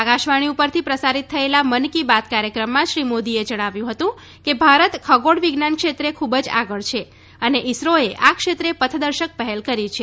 આકાશવાણી ઉપરથી પ્રસારિત થયેલા મન કી બાત કાર્યક્રમમાં શ્રી મોદીએ જણાવ્યું હતું કે ભારત ખગોળ વિજ્ઞાન ક્ષેત્રે ખૂબ જ આગળ છે અને ઇસરોએ આ ક્ષેત્રે પથદર્શક પહેલ કરી છે